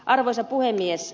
arvoisa puhemies